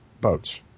boats